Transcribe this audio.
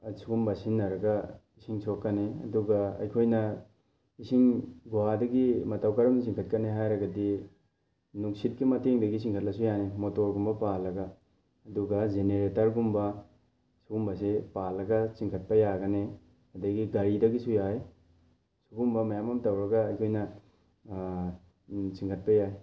ꯑꯁꯤꯒꯨꯝꯕ ꯁꯤꯖꯤꯟꯅꯔꯒ ꯏꯁꯤꯡ ꯁꯣꯛꯀꯅꯤ ꯑꯗꯨꯒ ꯑꯩꯈꯣꯏꯅ ꯏꯁꯤꯡ ꯒꯨꯍꯥꯗꯒꯤ ꯃꯇꯧ ꯀꯔꯝꯅ ꯆꯤꯡꯈꯠꯀꯅꯤ ꯍꯥꯏꯔꯒꯗꯤ ꯅꯨꯡꯁꯤꯠꯀꯤ ꯃꯇꯦꯡꯗꯒꯤ ꯆꯤꯡꯈꯠꯂꯁꯨ ꯌꯥꯅꯤ ꯃꯣꯇꯣꯔꯒꯨꯝꯕ ꯄꯥꯜꯂꯒ ꯑꯗꯨꯒ ꯖꯦꯅꯔꯦꯇꯔꯒꯨꯝꯕ ꯁꯨꯒꯨꯝꯕꯁꯤ ꯄꯥꯜꯂꯒ ꯆꯤꯡꯈꯠꯄ ꯌꯥꯒꯅꯤ ꯑꯗꯒꯤ ꯒꯥꯔꯤꯗꯒꯤꯁꯨ ꯌꯥꯏ ꯁꯨꯒꯨꯝꯕ ꯃꯌꯥꯝ ꯑꯃ ꯇꯧꯔꯒ ꯑꯩꯈꯣꯏꯅ ꯆꯤꯡꯈꯠꯄ ꯌꯥꯏ